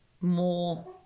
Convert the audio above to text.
more